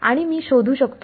आणि मी शोधू शकतो